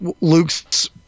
luke's